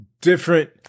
different